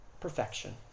perfection